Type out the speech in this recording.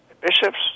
bishops